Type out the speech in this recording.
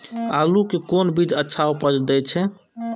आलू के कोन बीज अच्छा उपज दे छे?